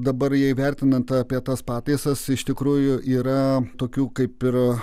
dabar jei vertinant apie tas pataisas iš tikrųjų yra tokių kaip ir